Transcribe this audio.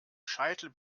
scheitel